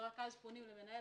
ורק אז פונים למנהל